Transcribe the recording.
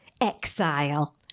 Exile